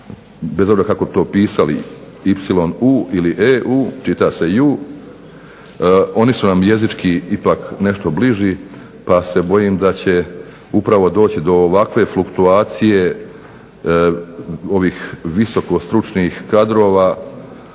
bez obzira kako to pisali YU ili EU čita se "ju", oni su nam jezički ipak nešto bliži pa se bojim da će upravo doći do ovakve fluktuacije ovih visoko stručnih kadrova,